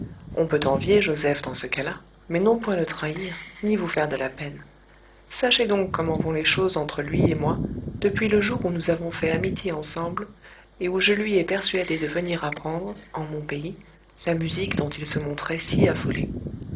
on peut envier joseph dans ce cas-là mais non point le trahir ni vous faire de la peine sachez donc comment vont les choses entre lui et moi depuis le jour où nous avons fait amitié ensemble et où je lui ai persuadé de venir apprendre en mon pays la musique dont il se montrait si affolé